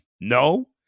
No